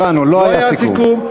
הבנו, לא היה סיכום.